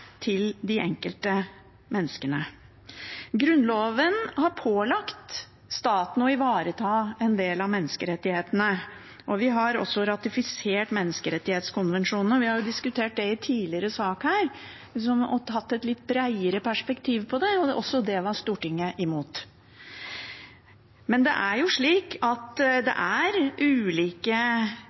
til de enkelte menneskene. Grunnloven har pålagt staten å ivareta en del av menneskerettighetene. Vi har også ratifisert menneskerettskonvensjonen. Vi har diskutert det i en tidligere sak her og hatt et litt bredere perspektiv på det, og også det var Stortinget imot. Men ulike deler av slike behov er fastsatt i Grunnloven allerede i dag, og det